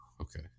Okay